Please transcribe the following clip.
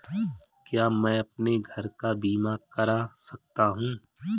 क्या मैं अपने घर का बीमा करा सकता हूँ?